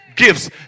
Gifts